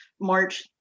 March